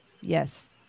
Yes